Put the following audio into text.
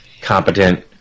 competent